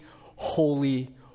holy